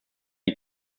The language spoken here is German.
die